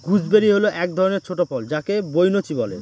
gooseberry হল এক ধরনের ছোট ফল যাকে বৈনচি বলে